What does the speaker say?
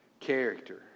Character